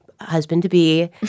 husband-to-be